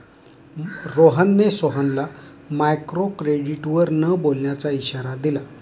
रोहनने सोहनला मायक्रोक्रेडिटवर न बोलण्याचा इशारा दिला